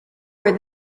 where